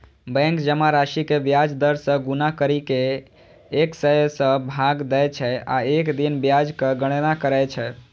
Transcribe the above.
bank जमा राशि कें ब्याज दर सं गुना करि कें एक सय सं भाग दै छै आ एक दिन ब्याजक गणना करै छै